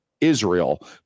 israel